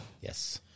Yes